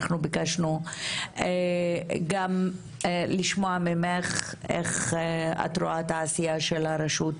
אנחנו ביקשנו לשמוע ממך איך את רואה את העשייה של הרשות